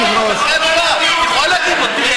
בגמר הדיון, חמש דקות.